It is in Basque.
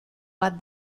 bat